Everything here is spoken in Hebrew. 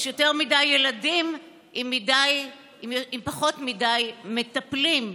יש יותר מדי ילדים עם פחות מדי מטפלים.